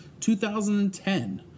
2010